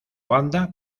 banda